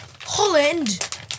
Holland